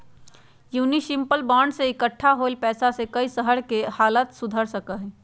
municipal bond से इक्कठा होल पैसा से कई शहर के हालत सुधर सका हई